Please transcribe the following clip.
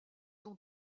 ton